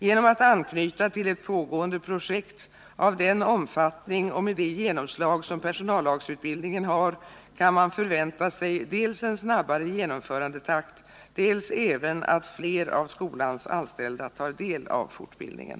Genom att anknyta till ett pågående projekt av den omfattning och med det genomslag som personallagsutbildningen har, kan man förvänta sig dels en snabbare genomförandetakt, dels även att fler av skolans anställda tar del av fortbildningen.